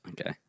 okay